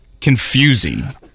confusing